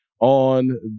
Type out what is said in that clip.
on